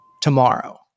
tomorrow